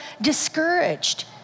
discouraged